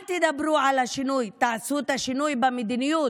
אל תדברו על השינוי, תעשו את השינוי במדיניות,